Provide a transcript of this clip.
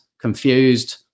confused